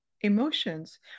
emotions